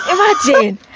Imagine